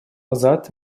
назад